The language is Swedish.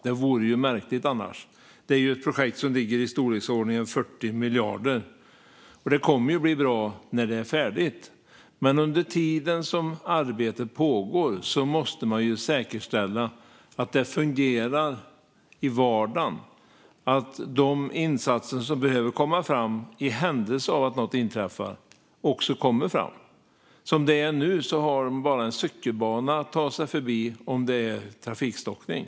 Det vore märkligt annars, för det är ett projekt i storleksordningen 40 miljarder. Det kommer att bli bra när det är färdigt. Men under tiden arbetet pågår måste man säkerställa att det hela fungerar i vardagen. De räddningsinsatser som behöver komma fram i händelse av att något inträffar måste kunna komma fram. Som det är nu har de bara en cykelbana att ta sig förbi på om det är trafikstockning.